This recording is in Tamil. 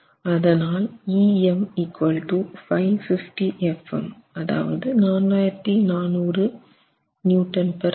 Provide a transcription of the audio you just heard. அதனால் Em 550 f m 4400 MPa